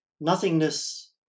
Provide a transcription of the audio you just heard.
nothingness